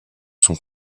sont